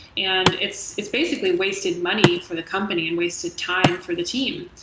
and it's it's basically wasted money for the company and wasted time for the team.